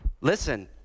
Listen